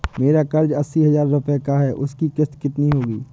मेरा कर्ज अस्सी हज़ार रुपये का है उसकी किश्त कितनी होगी?